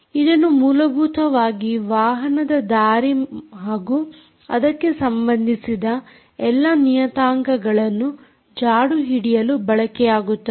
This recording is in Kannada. ಇದನ್ನು ಮೂಲಭೂತವಾಗಿ ವಾಹನದ ದಾರಿ ಹಾಗೂ ಅದಕ್ಕೆ ಸಂಬಂಧಿಸಿದ ಎಲ್ಲ ನಿಯತಾಂಕಗಳನ್ನು ಜಾಡುಹಿಡಿಯಲು ಬಳಕೆಯಾಗುತ್ತದೆ